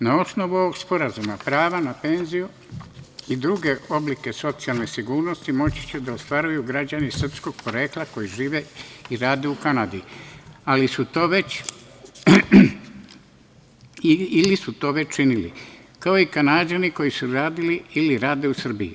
Na osnovu ovog sporazuma prava na penziju i druge oblike socijalne sigurnosti moći će da ostvaruju građani srpskog porekla koji žive i rade u Kanadi, ili su to već činili, kao i Kanađani koji su radili ili rade u Srbiji.